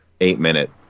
eight-minute